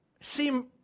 seem